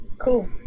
cool